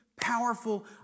powerful